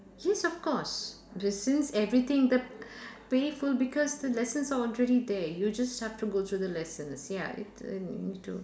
yes of course the since everything the paper because the lessons are already there you just have to go through the lessons ya it err you need to